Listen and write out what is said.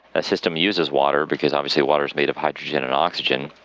ah system uses water because obviously water is made of hydrogen and oxygen.